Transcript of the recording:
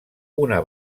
una